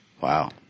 Wow